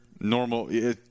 Normal